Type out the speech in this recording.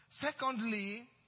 Secondly